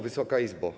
Wysoka Izbo!